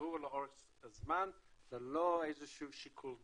וקובע לאורך זמן ללא איזה שהוא שיקול דעת.